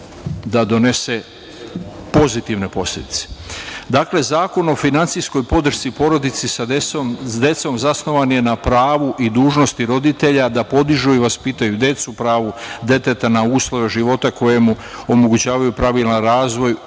da donese pozitivne posledice. Dakle, Zakon o finansijskoj podršci porodici sa decom zasnovan je na pravu i dužnosti roditelja da podižu i vaspitaju decu, pravu deteta na uslove života koje mu omogućavaju pravilan razvoj